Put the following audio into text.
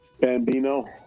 Bambino